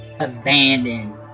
abandoned